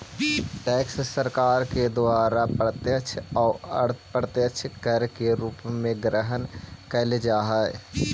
tax सरकार के द्वारा प्रत्यक्ष अउ अप्रत्यक्ष कर के रूप में ग्रहण कैल जा हई